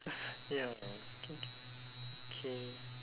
ya K K K